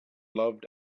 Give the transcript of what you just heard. loved